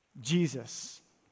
Jesus